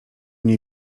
nie